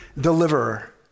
deliverer